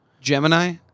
gemini